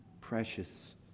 precious